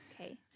okay